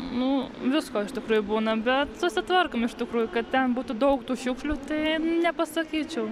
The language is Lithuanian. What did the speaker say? nu visko iš tikrųjų būna bet susitvarkom iš tikrųjų kad ten būtų daug tų šiukšlių tai nepasakyčiau